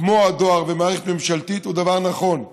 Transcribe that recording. כמו הדואר ומערכת ממשלתית, הוא דבר נכון,